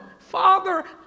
Father